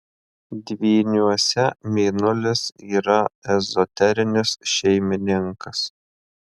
dvyniuose mėnulis yra ezoterinis šeimininkas